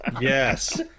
yes